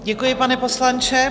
Děkuji, pane poslanče.